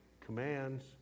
commands